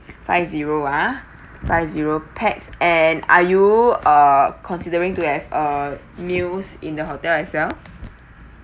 five zero uh five zero pax and are you uh considering to have a meal in the hotel as well